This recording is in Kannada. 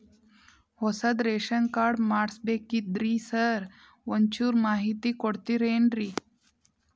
ಹೊಸದ್ ರೇಶನ್ ಕಾರ್ಡ್ ಮಾಡ್ಬೇಕ್ರಿ ಸಾರ್ ಒಂಚೂರ್ ಮಾಹಿತಿ ಕೊಡ್ತೇರೆನ್ರಿ?